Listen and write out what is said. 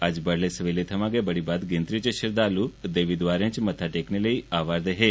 अज्ज बडलै सबेले थमां गै बड़ी बद्द गिनत्री च श्रद्धालु देवीद्वारें च मत्था टेकने लेई पुज्जा'रदे हे